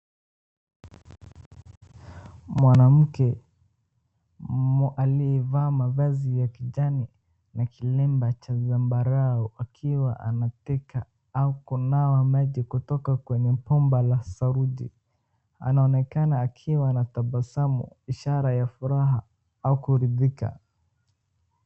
Mwanamke aliyevaa mavazi ya kijani na kilemba cha zambarau akiwa anateka au kunawa maji kutoka kwenye bomba la saruji. Anaonekana akiwa na tabasamu, ishara ya furaha au kuridhika.